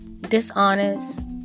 dishonest